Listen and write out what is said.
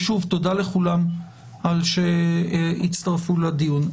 ושוב, תודה לכולם על שהצטרפו לדיון.